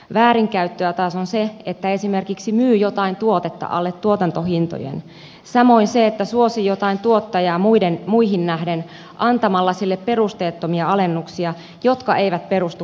väärinkäyttöä taas on se että esimerkiksi myy jotain tuotetta alle tuotantohintojen samoin se että suosii jotain tuottajaa muihin nähden antamalla sille perusteettomia alennuksia jotka eivät perustu kustannussäästöihin